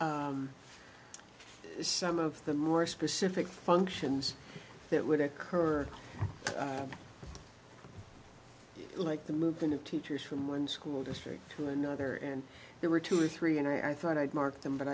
as some of the more specific functions that would occur like the movement of teachers from one school district to another and there were two or three and i thought i'd marked them but